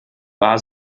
war